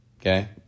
Okay